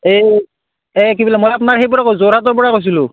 এই এই কি বুলি মই আপোনাৰ সেই পৰা যোৰহাটৰ পৰা কৈছিলোঁ